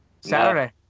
Saturday